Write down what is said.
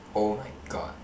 oh-my-god